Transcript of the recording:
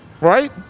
Right